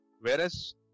Whereas